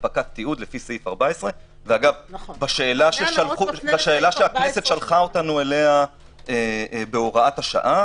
הנפקת תיעוד לפי סעיף 14. בשאלה שהכנסת שלחה אותנו אליה בהוראת השעה